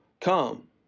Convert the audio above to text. come